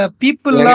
people